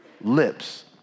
lips